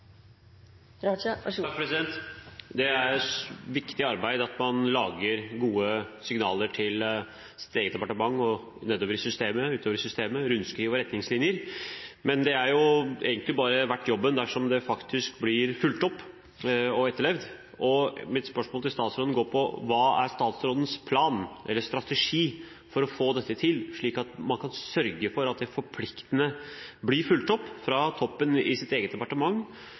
viktig at man kommer med gode signaler til eget departement og nedover i systemene, med rundskriv og retningslinjer. Men det er jo egentlig bare verdt jobben dersom det faktisk blir fulgt opp og etterlevd. Mitt spørsmål til statsråden går på hva som er statsrådens plan eller strategi for å få dette til, slik at man kan sørge for at det forpliktende blir fulgt opp fra toppen i eget departement